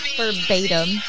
verbatim